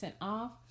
off